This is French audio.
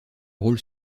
rôle